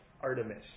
Artemis